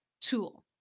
tool